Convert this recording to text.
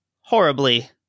horribly